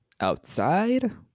outside